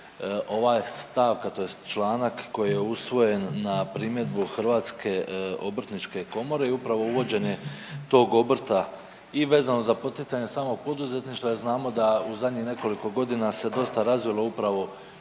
ova stavka tj. članak koji je usvojen na primjedbu Hrvatske obrtničke komore i upravo uvođenje tog obrta i vezano za poticanje samog poduzetništva jer znamo da u zadnjih nekoliko godina se dosta razvilo upravo